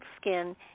skin